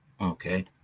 Okay